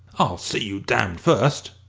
i'll see you damned first,